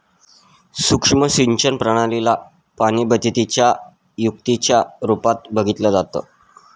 सुक्ष्म सिंचन प्रणाली ला पाणीबचतीच्या युक्तीच्या रूपात बघितलं जातं